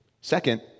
Second